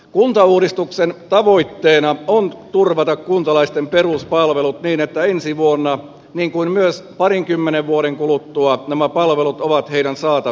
kuntauudistuksen tavoitteena on turvata kuntalaisten peruspalvelut niin että ensi vuonna niin kuin myös parinkymmenen vuoden kuluttua nämä palvelut ovat heidän saatavissaan